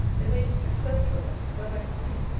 they made a strict search for them that i can see,